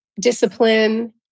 discipline